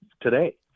today